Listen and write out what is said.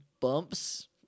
bumps